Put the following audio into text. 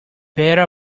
better